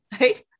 right